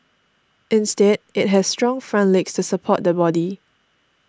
instead it has strong front legs to support the body